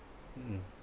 mm